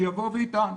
שיבוא וייקח.